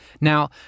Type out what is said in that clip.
Now